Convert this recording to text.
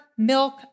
Milk